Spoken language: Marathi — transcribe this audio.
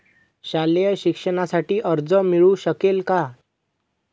शालेय शिक्षणासाठी कर्ज मिळू शकेल काय? याची माहिती हवी आहे